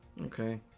okay